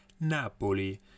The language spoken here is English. napoli